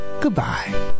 goodbye